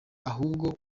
ahubwo